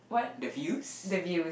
the views